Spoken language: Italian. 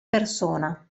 persona